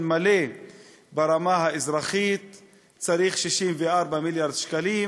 מלא ברמה האזרחית צריך 64 מיליארד שקלים,